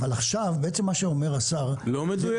אבל עכשיו, אומר השר --- לא מדויק.